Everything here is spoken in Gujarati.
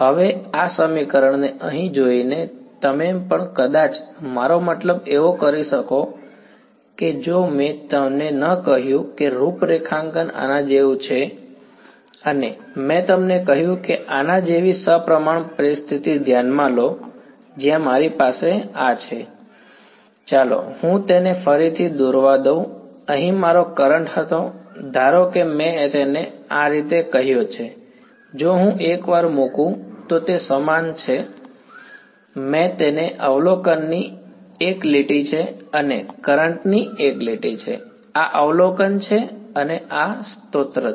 હવે આ સમીકરણને અહીં જોઈને તમે પણ કદાચ મારો મતલબ એવો કરી શકો કે જો મેં તમને ન કહ્યું કે રૂપરેખાંકન આના જેવું છે અને મેં તમને કહ્યું કે આના જેવી સપ્રમાણ પરિસ્થિતિ ધ્યાનમાં લો જ્યાં મારી પાસે આ છે ચાલો હું તેને ફરીથી દોરવા દઉં અહીં મારો કરંટ હતો ધારો કે મેં તેને આ રીતે કહ્યો છે જો હું એકવાર મૂકું તો તે સમાન છે મેં તેને અવલોકનની એક લીટી છે અને કરંટ ની એક લીટી છે આ અવલોકન છે અને આ સ્ત્રોત છે